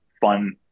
fun